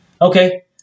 Okay